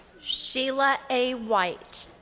sheila a. a. white.